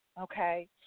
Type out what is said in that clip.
Okay